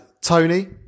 Tony